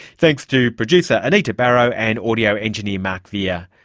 thanks to producer anita barraud and audio engineer mark veer.